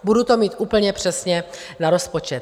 Budu to mít úplně přesně na rozpočet.